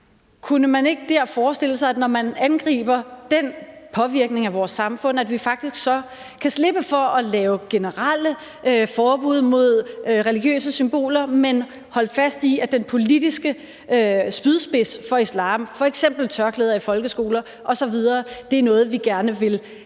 kunne man så ikke forestille sig, at vi, når vi angriber dens påvirkning af vores samfund, faktisk kunne slippe for at lave generelle forbud mod religiøse symboler, og holde fast i, at den politiske spydspids for islam, f.eks. at man bærer tørklæder i folkeskolen, er noget, som vi gerne vil have